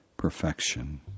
Perfection